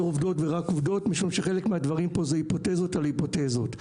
עובדות ורק עובדות משום שחלק מהדברים פה הם היפותזות על היפותזות.